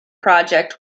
project